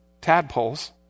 tadpoles